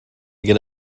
get